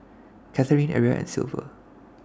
Katharine Aria and Silver